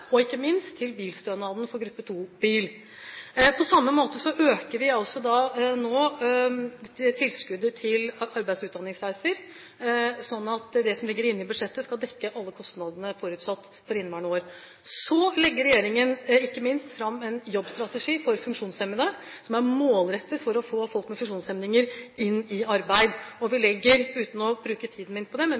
og ikke minst bilstønaden for gruppe 2-bil. På samme måte øker vi nå tilskuddet til arbeids- og utdanningsreiser, sånn at det som ligger inne i budsjettet, skal dekke alle forutsatte kostnader for inneværende år. Så legger regjeringen ikke minst fram en jobbstrategi som er målrettet for å få folk med funksjonshemninger inn i arbeid, og uten å bruke tid på det: